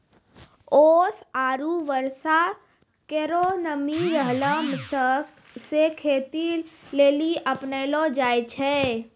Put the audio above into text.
ओस आरु बर्षा केरो नमी रहला सें खेती लेलि अपनैलो जाय छै?